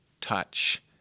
touch